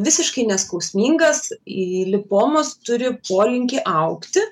visiškai neskausmingas y lipomos turi polinkį augti